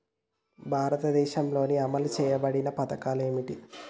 భారతదేశంలో అమలు చేయబడిన పథకాలు ఏమిటి?